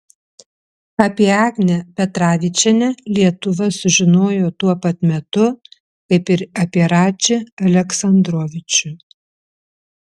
apie agnę petravičienę lietuva sužinojo tuo pat metu kaip ir apie radžį aleksandrovičių